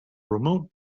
remote